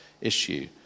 issue